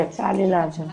יצא לי לעבור.